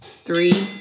Three